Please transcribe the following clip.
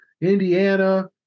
Indiana